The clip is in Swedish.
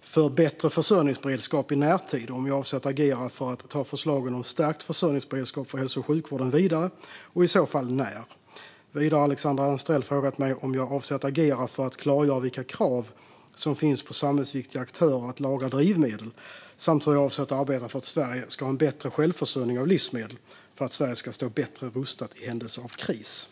för bättre försörjningsberedskap i närtid och om jag avser att agera för att ta förslagen om en stärkt försörjningsberedskap för hälso och sjukvården vidare och i så fall när. Vidare har Alexandra Anstrell frågat mig om jag avser att agera för att klargöra vilka krav som finns på samhällsviktiga aktörer att lagra drivmedel samt hur jag avser att arbeta för att Sverige ska ha en bättre självförsörjning av livsmedel för att Sverige ska stå bättre rustat i händelse av kris.